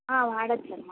వాడచ్చమ్మ